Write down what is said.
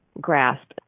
grasp